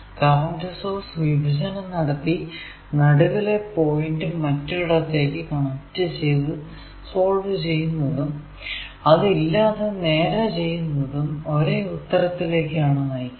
current source വിഭജനം നടത്തി നടുവിലെ പോയിന്റ് മറ്റൊരിടത്തേക്ക് കണക്ട് ചെയ്തു സോൾവ് ചെയ്യുന്നതും അതില്ലാതെ നേരെ ചെയ്യുന്നതും ഒരേ ഉത്തരത്തിലേക്കാണ് നയിക്കുന്നത്